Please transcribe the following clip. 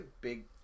big